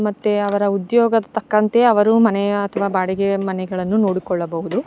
ಮತ್ತು ಅವರ ಉದ್ಯೋಗ ತಕ್ಕಂತೆ ಅವರು ಮನೆಯ ಅಥ್ವ ಬಾಡಿಗೆ ಮನೆಗಳನ್ನು ನೋಡಿಕೊಳ್ಳಬಹುದು